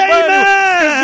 amen